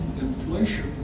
inflation